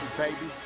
baby